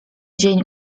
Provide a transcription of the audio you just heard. dzień